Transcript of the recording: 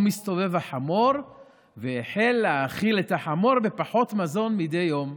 מסתובב החמור והחל להאכיל את החמור בפחות מזון מדי יום,